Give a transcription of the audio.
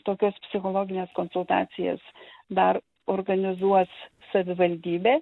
tokias psichologines konsultacijas dar organizuos savivaldybė